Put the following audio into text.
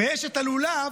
ויש את הלולב,